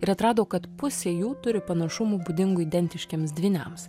ir atrado kad pusė jų turi panašumų būdingų identiškiems dvyniams